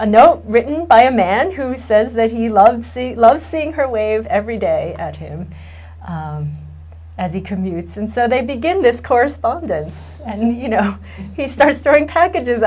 a note written by a man who says that he loves to love seeing her wave every day at him as he commutes and so they begin this correspondence and you know he starts throwing packages